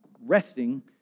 resting